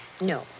No